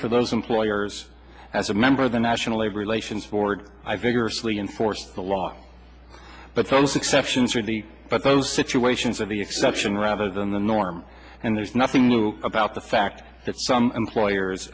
for those employers as a member of the national labor relations board i vigorously enforce the law but those exceptions are the but those situations are the exception rather than the norm and there's nothing new about the fact that some employers